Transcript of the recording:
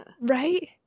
Right